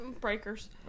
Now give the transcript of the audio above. breakers